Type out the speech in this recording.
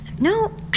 no